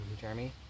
Jeremy